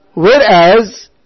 Whereas